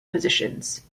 positions